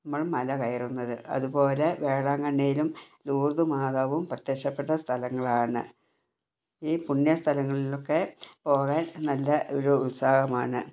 നമ്മൾ മലകയറുന്നത് അതുപോലെ വേളാങ്കണ്ണിയിലും ലൂർദ് മാതാവും പ്രത്യക്ഷപ്പെട്ട സ്ഥലങ്ങളാണ് ഈ പുണ്യ സ്ഥലങ്ങളിലൊക്കെ പോകാൻ നല്ല ഒരു ഉത്സാഹമാണ്